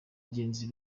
genzi